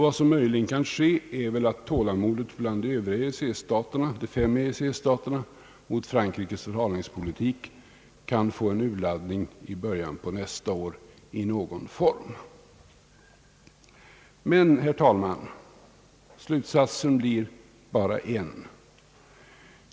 Vad som möjligen kan ske är väl att tålamodet bland de övriga fem EEC-staterna mot Frankrikes förhalningspolitik kan brista och få en urladdning till stånd i början av nästa år i någon form. Men, herr talman, slutsatsen blir bara en.